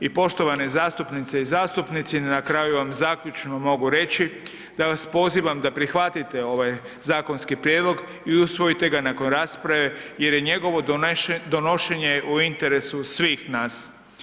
I poštovane zastupnice i zastupnici i na kraju vam zaključno mogu reći da vas pozivam da prihvatite ovaj zakonski prijedlog i usvojite ga nakon rasprave jer je njegovo donošenje u interesu svih nas.